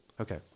Okay